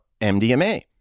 MDMA